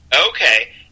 Okay